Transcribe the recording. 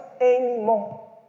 anymore